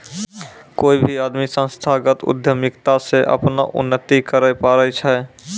कोय भी आदमी संस्थागत उद्यमिता से अपनो उन्नति करैय पारै छै